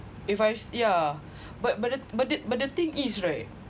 if I yeah but but but the but the thing is right